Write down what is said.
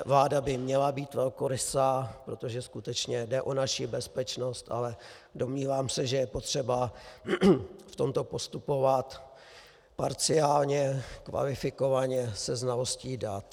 Vláda by měla být velkorysá, protože skutečně jde o naši bezpečnost, ale domnívám se, že je potřeba v tomto postupovat parciálně, kvalifikovaně, se znalostí dat.